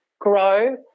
grow